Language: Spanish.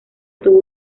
tuvo